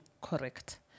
correct